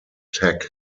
tech